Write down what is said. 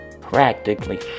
Practically